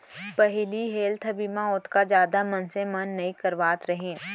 पहिली हेल्थ बीमा ओतका जादा मनसे मन नइ करवात रहिन